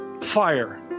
fire